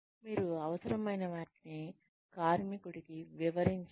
మీరు అవసరమైన వాటిని కార్మికుడికి వివరించండి